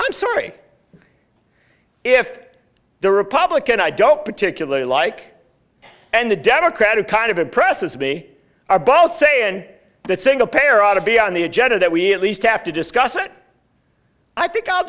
i'm sorry if the republican i don't particularly like and the democratic kind of impresses me are both saying that single payer ought to be on the agenda that we at least have to discuss it i think i'll